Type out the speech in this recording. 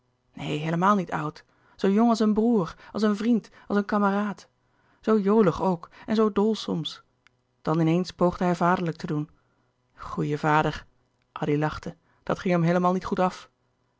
heelemaal niet oud zoo jong als een broêr als een vriend als een kameraad zoo jolig ook en zoo dol soms dan in eens poogde hij vaderlijk te doen goeie vader addy lachte dat ging hem heelemaal niet goed af